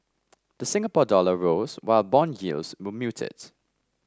the Singapore dollar rose while bond yields were muted